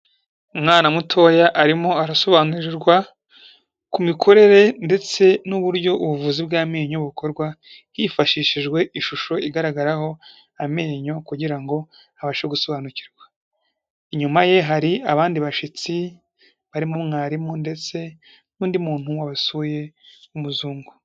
Umwana mutoya arimo arasobanurirwa, ku mikorere ndetse n'uburyo ubuvuzi bw'amenyo bukorwa, hifashishijwe ishusho igaragaraho amenyo, kugira ngo abashe gusobanukirwa, inyuma ye hari abandi bashyitsi barimo mwarimu, ndetse n'undi muntu umwe wabasuye w'umuzungu.